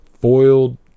foiled